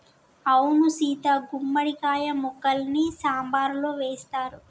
అవును సీత గుమ్మడి కాయ ముక్కల్ని సాంబారులో వేస్తారు